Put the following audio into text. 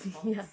ya